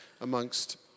amongst